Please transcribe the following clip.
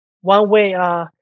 one-way